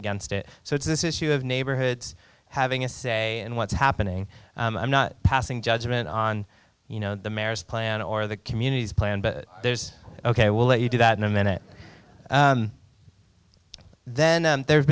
against it so is this issue of neighborhoods having a say in what's happening i'm not passing judgment on you know the merest plan or the community's plan but there's ok we'll let you do that in a minute then there's